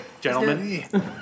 gentlemen